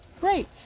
Great